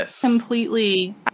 completely